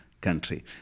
country